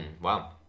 Wow